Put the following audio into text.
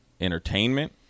entertainment